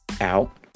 out